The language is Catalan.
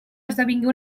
esdevingué